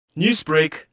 Newsbreak